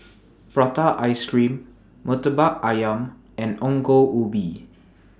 Prata Ice Cream Murtabak Ayam and Ongol Ubi